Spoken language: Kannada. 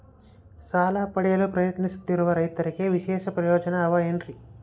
ಸಾಲ ಪಡೆಯಲು ಪ್ರಯತ್ನಿಸುತ್ತಿರುವ ರೈತರಿಗೆ ವಿಶೇಷ ಪ್ರಯೋಜನ ಅವ ಏನ್ರಿ?